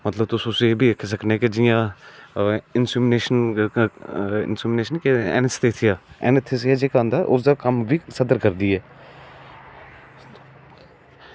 मतलब तुस उसगी एह्बी आक्खी सकने जियां तुस इंसुलेशन केह् एनिथीसिया दा कम्म बी सद्धर करदी एह्